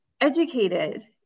educated